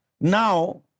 Now